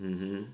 mmhmm